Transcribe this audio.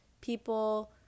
people